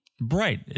Right